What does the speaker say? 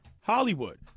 Hollywood